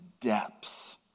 depths